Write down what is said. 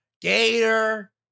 Gator